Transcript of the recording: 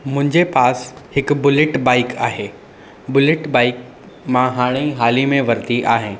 मुंहिंजे पास हिकु बुलेट बाइक आहे बुलेट बाइक मां हाणे हाल ई में वरिती आहे